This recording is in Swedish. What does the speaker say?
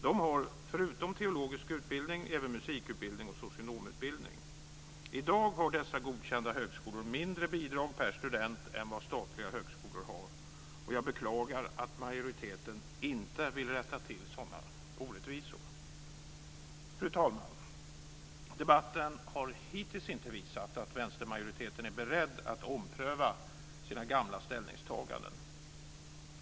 De har förutom teologisk utbildning även musikutbildning och socionomutbildning. I dag har dessa godkända högskolor mindre bidrag per student än vad statliga högskolor har. Jag beklagar att majoriteten inte vill rätta till sådana orättvisor. Fru talman! Debatten har hittills inte visat att vänstermajoriteten är beredd att ompröva sina gamla ställningstaganden.